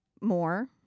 more